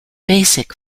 basic